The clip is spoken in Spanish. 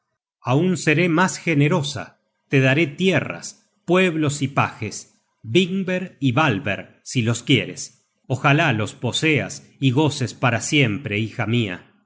aun seré mas generosa te daré tierras pueblos y pajes vinberg y valberg si los quieres ojalá los poseas y goces para siempre hija mia